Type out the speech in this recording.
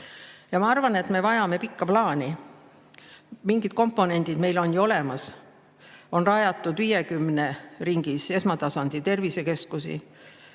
Ma arvan, et me vajame pikka plaani. Mingid komponendid meil on ju olemas. On rajatud 50 ringis esmatasandi tervisekeskusi.